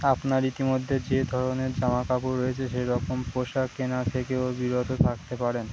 আপনার ইতিমধ্যে যে ধরনের জামাকাপড় রয়েছে সেরকম পোশাক কেনা থেকেও বিরত থাকতে পারেন